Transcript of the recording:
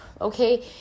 okay